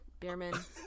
Beerman